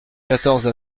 quatorze